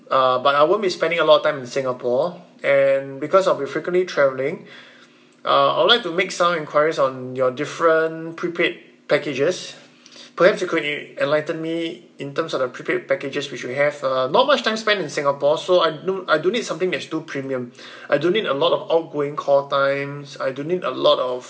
uh but I won't be spending a lot of time in singapore and because I'll be frequently travelling uh I would like to make some enquiries on your different prepaid packages perhaps you could you enlighten me in terms of the prepaid packages which we have uh not much time spent in singapore so I do I don't need something that's too premium I don't need a lot of outgoing call times I don't need a lot of